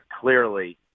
clearly